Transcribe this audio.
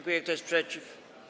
Kto jest przeciw?